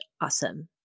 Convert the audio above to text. awesome